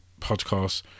podcast